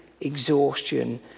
exhaustion